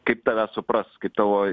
kaip tave supras kaip tavo